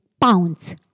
pounds